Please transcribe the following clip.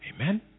Amen